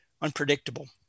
unpredictable